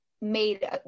made